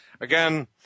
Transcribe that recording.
again